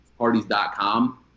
parties.com